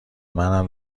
منم